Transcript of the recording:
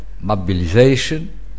mobilization